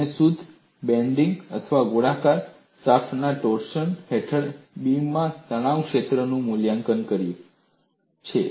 તમે શુદ્ધ બેન્ડિંગ અથવા ગોળાકાર શાફ્ટના ટોર્સન હેઠળ બીમમાં તણાવ ક્ષેત્રનું મૂલ્યાંકન કર્યું છે